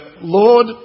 Lord